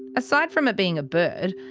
aside from it being a bird.